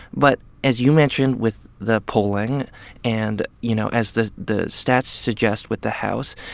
but as you mentioned with the polling and, you know, as the the stats suggest with the house,